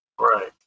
Right